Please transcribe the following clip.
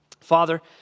Father